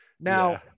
Now